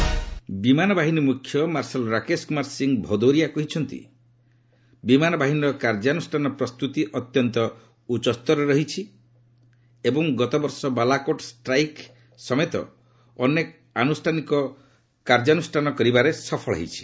AF chief ବିମାନ ବାହିନୀ ମୁଖ୍ୟ ମାର୍ଶାଲ୍ ରାକେଶ କୁମାର ସିଂହ ଭଦୌରିଆ କହିଛନ୍ତି ବିମାନ ବାହିନୀର କାର୍ଯ୍ୟାନୁଷ୍ଠାନ ପ୍ରସ୍ତୁତି ଅତ୍ୟନ୍ତ ଉଚ୍ଚସ୍ତରର ରହିଛି ଏବଂ ଗତବର୍ଷ ବାଲାକୋଟ୍ ଷ୍ଟ୍ରାଇକ୍ ଆକ୍ରମଣ ସମେତ ଅନେକ କାର୍ଯ୍ୟାନୁଷ୍ଠାନ କାର୍ଯ୍ୟକାରୀ କରିବାରେ ସଫଳ ହୋଇଛି